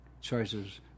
choices